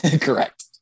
Correct